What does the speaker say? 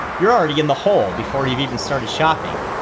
you're already in the hole before you've even started shopping.